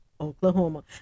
Oklahoma